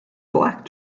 black